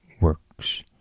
works